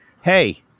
hey